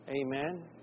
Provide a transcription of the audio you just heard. Amen